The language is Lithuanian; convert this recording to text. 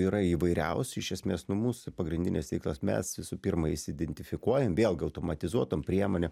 yra įvairiausių esmės nu mūsų pagrindinis tikslas mes visų pirma įsidentifikuojam vėlgi automatizuotom priemonėm